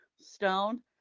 stone